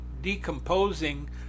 decomposing